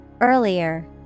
Earlier